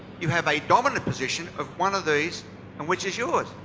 you have a dominant position of one of these and which is yours?